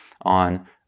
on